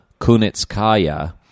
Kunitskaya